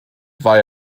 war